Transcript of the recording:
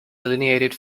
delineated